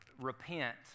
repent